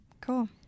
cool